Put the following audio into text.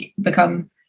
become